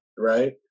Right